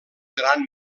gran